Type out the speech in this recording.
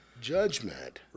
judgment